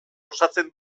osatzen